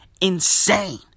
insane